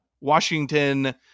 Washington